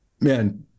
man